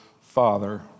father